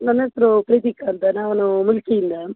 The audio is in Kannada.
ನನ್ನ ಹೆಸರು ಪ್ರೀತಿಕಾ ಅಂತ ನಾನು ಮೂಲ್ಕಿಯಿಂದ